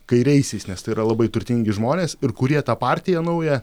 kairiaisiais nes tai yra labai turtingi žmonės ir kurie tą partiją naują